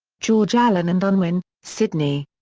george allen and unwin, sydney.